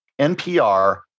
NPR